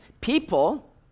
people